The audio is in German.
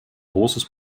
großes